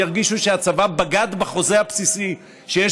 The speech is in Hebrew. וירגישו שהצבא בגד בחוזה הבסיסי שיש